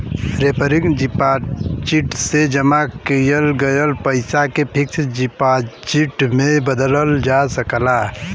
recurring deposit से जमा किहल गयल पइसा के फिक्स डिपाजिट में बदलल जा सकला